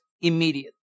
immediately